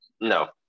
No